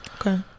Okay